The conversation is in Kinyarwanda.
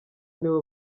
nibo